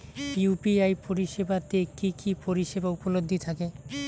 UPI পরিষেবা তে কি কি পরিষেবা উপলব্ধি থাকে?